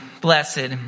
blessed